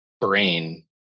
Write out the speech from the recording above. brain